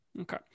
okay